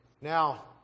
Now